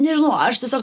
nežinau aš tiesiog